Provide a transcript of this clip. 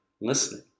listening